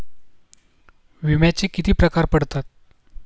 विम्याचे किती प्रकार पडतात?